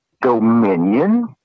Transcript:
dominion